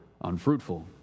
unfruitful